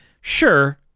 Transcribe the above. sure